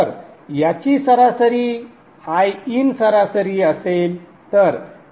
तर याची सरासरी Iin सरासरी असेल